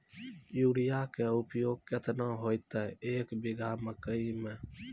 Urea के उपयोग केतना होइतै, एक बीघा मकई मे?